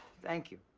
thank you.